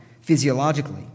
physiologically